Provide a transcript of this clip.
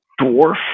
Dwarf